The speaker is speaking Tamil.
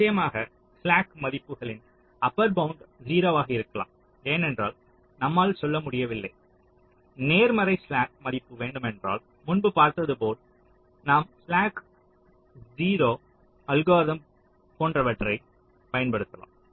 நிச்சயமாக ஸ்லாக் மதிப்புகளின் அப்பர் பவுண்டு 0 ஆக இருக்கலாம் ஏனென்றால் நம்மால் சொல்லமுடியவில்லை நேர்மறை ஸ்லாக் மதிப்பு வேண்டுமென்றால் முன்பு பார்த்தது போல் நாம் 0 ஸ்லாக் அல்காரிதம் போன்றவற்றைப் பயன்படுத்தலாம்